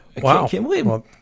wow